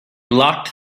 locked